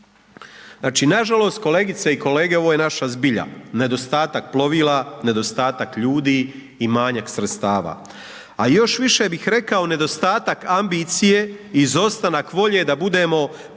Znači, nažalost kolegice i kolege ovo je naša zbilja, nedostatak plovila, nedostatak ljudi i manjak sredstava, a još više bih rekao nedostatak ambicije, izostanak volje da budemo